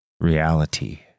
Reality